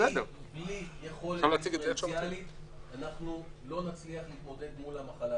בלי יכולת דיפרנציאלית אנחנו לא נצליח להתמודד מול המחלה.